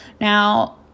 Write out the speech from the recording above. now